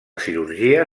cirurgia